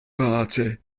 party